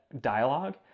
dialogue